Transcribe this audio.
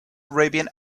arabian